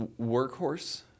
Workhorse